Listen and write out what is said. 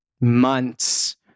months